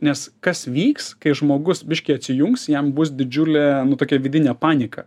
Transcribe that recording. nes kas vyks kai žmogus biškį atsijungs jam bus didžiulė nu tokia vidinė panika